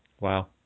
Wow